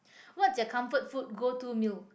what's your comfort food go to meal